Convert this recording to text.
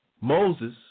Moses